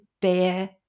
bear